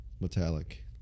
Metallic